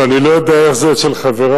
שאני לא יודע איך זה אצל חברי,